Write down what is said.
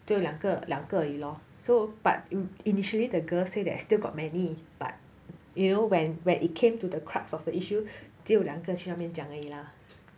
只有两个两个而已 lor so but initially the girls say that still got many but you know when when it came to the crux of the issue 只有两个去那边讲而已啦